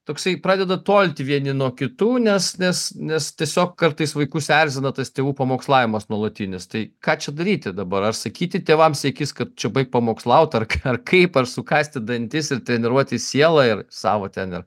toksai pradeda tolti vieni nuo kitų nes nes nes tiesiog kartais vaikus erzina tas tėvų pamokslavimas nuolatinis tai ką čia daryti dabar ar sakyti tėvams į akis kad čia baik pamokslaut ar ar kaip ar sukąsti dantis ir treniruoti sielą ir savo ten ir